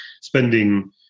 spending